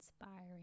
inspiring